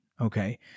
okay